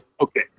Okay